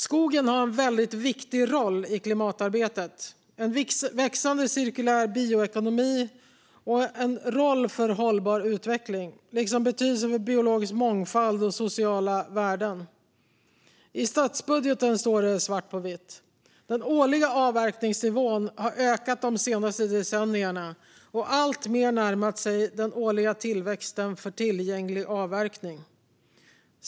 Skogen har en viktig roll i klimatarbetet, en växande cirkulär bioekonomi och en roll för hållbar utveckling, liksom betydelse för biologisk mångfald och sociala värden. I statsbudgeten står det svart på vitt: "Den årliga avverkningsnivån har ökat de senaste decennierna och har alltmer närmat sig den årliga tillväxten tillgänglig för avverkning".